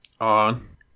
On